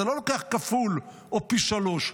אתה לא לוקח כפול או פי שלושה.